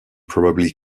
probably